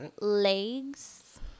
legs